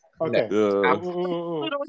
okay